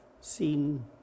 seen